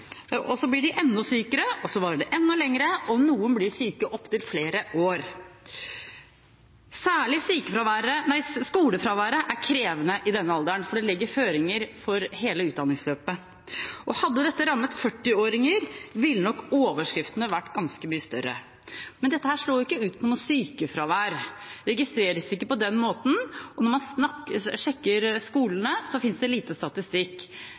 og så blir de enda sykere, og så varer det enda lenger. Noen kan være syke i opptil flere år. Særlig skolefraværet er krevende i denne alderen, for det legger føringer for hele utdanningsløpet. Hadde dette rammet 40-åringer, ville nok overskriftene vært ganske mye større, men dette slår jo ikke ut på noe sykefravær, det registreres ikke på den måten. Og når man sjekker med skolene, så finnes det lite statistikk.